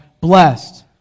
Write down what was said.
blessed